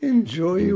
Enjoy